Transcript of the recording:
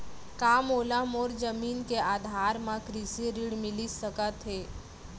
का मोला मोर जमीन के आधार म कृषि ऋण मिलिस सकत हे?